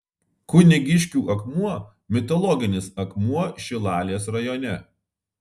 kunigiškių akmuo mitologinis akmuo šilalės rajone